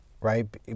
right